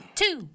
two